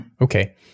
Okay